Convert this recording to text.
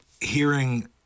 hearing